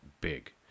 big